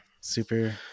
Super